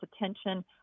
attention